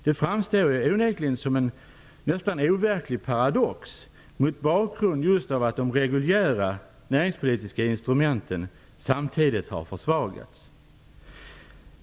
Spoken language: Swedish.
Den framstår onekligen som en nästan overklig paradox mot bakgrund av att de reguljära näringspolitiska instrumenten samtidigt har försvagats.